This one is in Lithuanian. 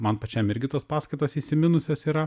man pačiam irgi tos paskaitos įsiminusios yra